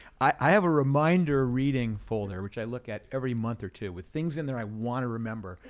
i have a reminder reading folder, which i look at every month or two, with things in there i want to remember,